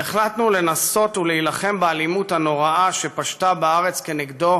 והחלטנו לנסות ולהילחם באלימות הנוראה שפשתה בארץ כנגדו